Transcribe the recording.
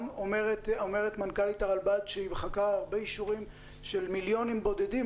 אומרת מנכ"לית הרלב"ד שהיא מחכה הרבה אישורים של מיליונים בודדים,